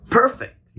perfect